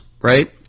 right